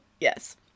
Yes